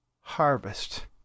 harvest